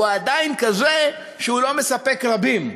הוא עדיין לא מספק רבים.